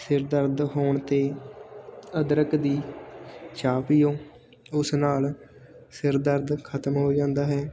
ਸਿਰ ਦਰਦ ਹੋਣ 'ਤੇ ਅਦਰਕ ਦੀ ਚਾਹ ਪੀਉ ਉਸ ਨਾਲ ਸਿਰ ਦਰਦ ਖਤਮ ਹੋ ਜਾਂਦਾ ਹੈ